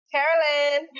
Carolyn